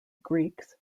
greeks